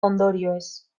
ondorioez